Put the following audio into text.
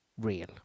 Real